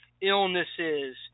illnesses